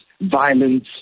violence